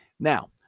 Now